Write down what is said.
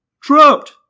Trapped